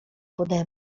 pode